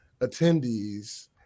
attendees